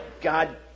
God